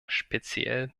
speziell